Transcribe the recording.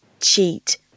cheat